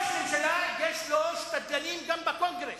כל ראש ממשלה יש לו שתדלנים גם בקונגרס.